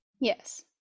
Yes